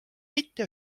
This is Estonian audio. mitte